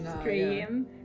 stream